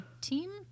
team